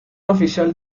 oficial